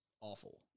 awful